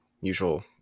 usual